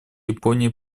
японии